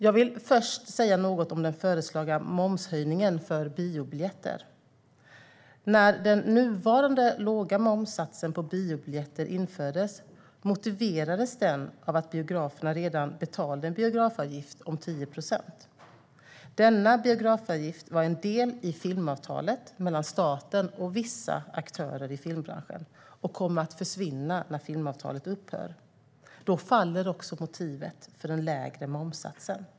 Jag vill först säga något om den föreslagna momshöjningen för biobiljetter. När den nuvarande låga momssatsen på biobiljetter infördes motiverades den av att biograferna redan betalade en biografavgift om 10 procent. Denna biografavgift var en del i filmavtalet mellan staten och vissa aktörer i filmbranschen och kommer att försvinna när filmavtalet upphör. Då faller också motivet för den lägre momssatsen.